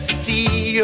see